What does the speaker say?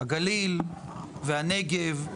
הגליל והנגב,